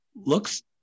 looks